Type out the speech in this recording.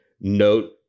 note